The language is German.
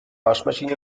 waschmaschine